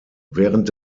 während